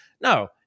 No